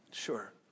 sure